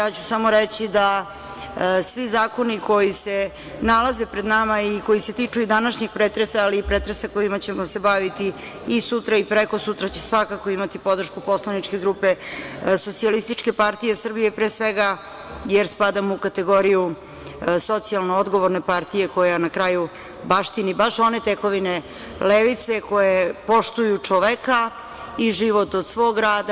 Reći ću samo da, svi zakoni koji se nalaze pred nama i koji se tiču današnjeg pretresa, ali i pretresa kojima ćemo se baviti i sutra i prekosutra, će svakako imati podršku poslaničke grupe SPS pre svega jer spadamo u kategoriju socijalno odgovorne partije koja na kraju baštini baš one tekovine levice koje poštuju čoveka i život od svog rada.